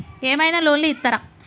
ఏమైనా లోన్లు ఇత్తరా?